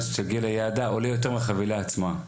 עד שתגיע ליעדה עולה יותר מהחבילה עצמה,